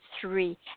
three